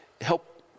help